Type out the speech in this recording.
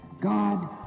God